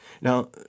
Now